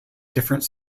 different